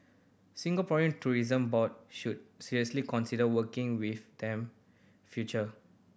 Singaporean Tourism Board should seriously consider working with them future